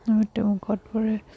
মৃত্যুমুখত পৰে